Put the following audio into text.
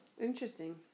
Interesting